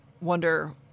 wonder